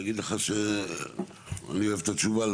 להגיד לך שאני אוהב את התשובה?